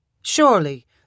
Surely